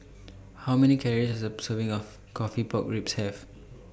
How Many Calories Does A Serving of Coffee Pork Ribs Have